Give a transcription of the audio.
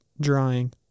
drying